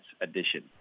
edition